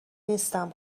نیستم